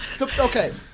Okay